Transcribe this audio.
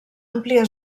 àmplia